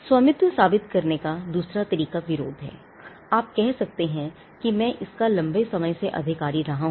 स्वामित्व साबित करने का दूसरा तरीका विरोध है आप कह सकते हैं कि मैं इसका लंबे समय से अधिकारी रहा हूँ